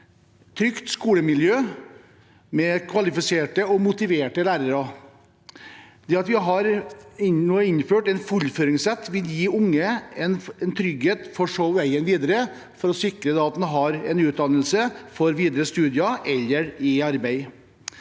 trygt skolemiljø, med kvalifiserte og motiverte lærere. Det at vi nå har innført en fullføringsrett, vil gi unge en trygghet for veien videre, for å sikre at en har en utdannelse for videre studier eller for arbeid.